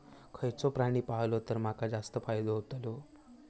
खयचो प्राणी पाळलो तर माका जास्त फायदो होतोलो?